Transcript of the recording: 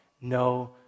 No